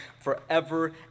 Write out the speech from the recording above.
forever